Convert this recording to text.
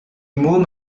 môme